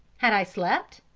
had i slept?